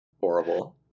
Horrible